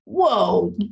whoa